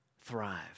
Thrive